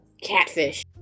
Catfish